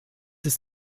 ist